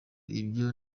ibyo